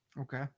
Okay